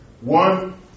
One